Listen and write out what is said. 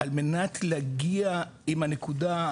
על מנת להגיע עם הנקודה,